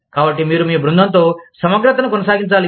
కాబట్టి మీరు మీ బృందంతో సమగ్రతను కొనసాగించాలి